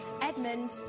Edmund